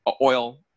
oil